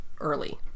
early